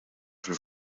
fil